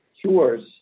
cures